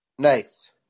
Nice